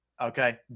Okay